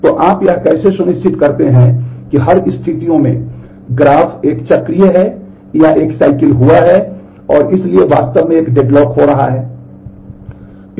तो आप यह कैसे सुनिश्चित करते हैं कि हर स्थितियों में ग्राफ एक चक्रीय है या एक चक्र हुआ है और इसलिए वास्तव में एक डेडलॉक हो रहा है